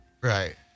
Right